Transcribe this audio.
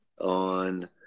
On